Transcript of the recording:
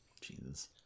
Jesus